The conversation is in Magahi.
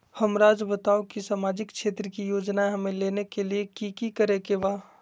हमराज़ बताओ कि सामाजिक क्षेत्र की योजनाएं हमें लेने के लिए कि कि करे के बा?